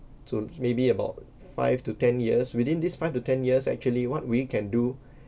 to maybe about five to ten years within this five to ten years actually what we can do